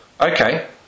Okay